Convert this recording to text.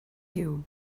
you